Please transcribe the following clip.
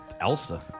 elsa